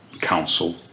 council